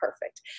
perfect